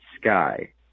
Sky